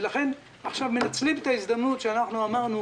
לכן עכשיו מנצלים את ההזדמנות שאנחנו אמרנו